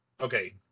okay